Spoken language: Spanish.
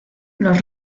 los